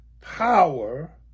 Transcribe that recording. power